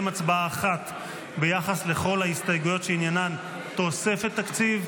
הצבעה אחת ביחס לכל ההסתייגויות שעניינן תוספת תקציב,